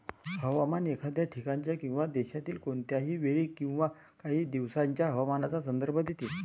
हवामान एखाद्या ठिकाणाच्या किंवा देशातील कोणत्याही वेळी किंवा काही दिवसांच्या हवामानाचा संदर्भ देते